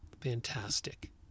Fantastic